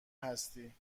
هستی